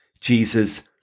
Jesus